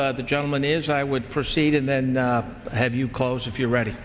of the gentleman is i would proceed and then have you close if you are ready